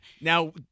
Now